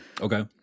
Okay